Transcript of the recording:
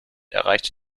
erreichte